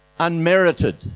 unmerited